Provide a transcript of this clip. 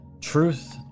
Truth